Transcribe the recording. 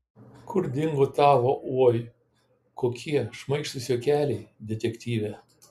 kur dingo tavo oi kokie šmaikštūs juokeliai detektyve